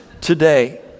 today